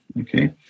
okay